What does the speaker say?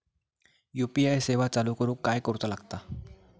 UPI सेवा चालू करूक काय करूचा लागता?